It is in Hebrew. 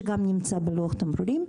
שגם נמצא בלוח התמרורים.